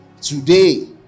today